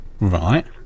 Right